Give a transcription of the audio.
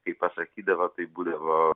kai pasakydavo tai būdavo